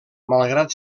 malgrat